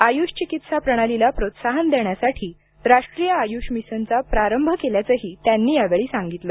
आयुष चिकित्सा प्रणालीला प्रोत्साहन देण्यासाठी राष्ट्रीय आयुष मिशनचा प्रारंभ केल्याचंही त्यांनी यावेळी सांगितलं